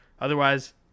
Otherwise